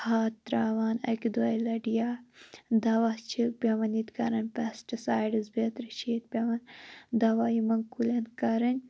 کھاد تَرٛاوان اَکہِ دۅیہِ لَٹہِ یا دوا چھِ پیٚوان ییٚتہِ کَرٕنۍ پیٚسٹ سایڈس بیٚترِ چھِ ییٚتہِ پیٚوان دوا یِمَن کُلیَن کَرٕنۍ